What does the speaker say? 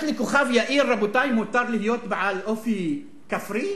רק לכוכב-יאיר, רבותי, מותר להיות בעל אופי כפרי?